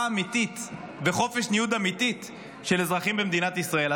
אמיתית ולחופש ניוד אמיתי של אזרחים במדינת ישראל.